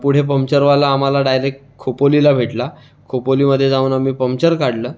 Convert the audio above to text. पुढे पम्पचरवाला आम्हाला डायरेक खोपोलीला भेटला खोपोलीमधे जाऊन आम्ही पम्पचर काढलं